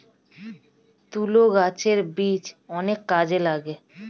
তুলো গাছের বীজ অনেক কাজে লাগে